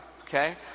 okay